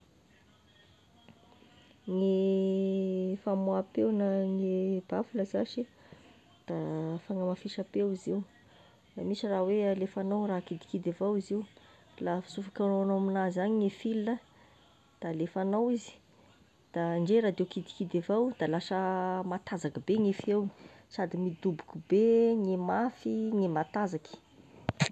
Gne famoaham-peo na gne baffle zashy, da fagnamafisa-peo izy io, da misy raha hoe alefagnao raha kidikidy avao izy io la fa ansofokinao aminazy agny gne fil a da alefanao izy, da ndre radio kidikidy avao da lasa mantanzaky be gne feo, sady midoboky be, gne mafy gne matanzaky